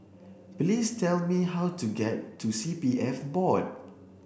please tell me how to get to C P F Board